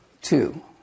two